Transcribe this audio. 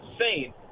insane